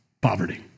poverty